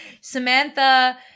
Samantha